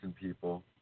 people